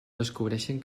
descobreixen